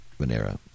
Manera